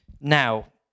Now